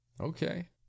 Okay